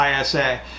ISA